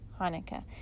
Hanukkah